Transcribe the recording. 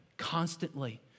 constantly